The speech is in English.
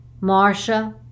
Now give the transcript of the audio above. Marcia